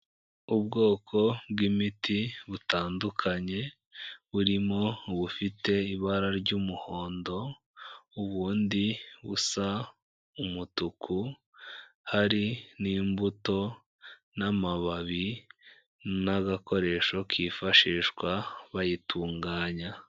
Ubwoko bw'imiti butandukanye, burimo bufite ibara ry'umuhondo, ubundi busa umutuku, hari n'imbuto, n'amababi, n'agakoresho kifashishwa bayitunganya.